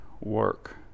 work